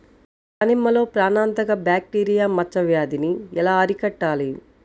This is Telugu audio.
దానిమ్మలో ప్రాణాంతక బ్యాక్టీరియా మచ్చ వ్యాధినీ ఎలా అరికట్టాలి?